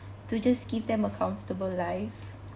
to just give them a comfortable life